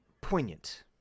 poignant